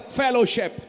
fellowship